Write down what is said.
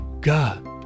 God